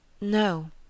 No